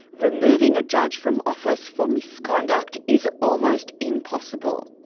removing a judge from office for misconduct is almost impossible.